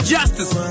Justice